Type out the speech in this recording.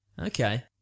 Okay